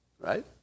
right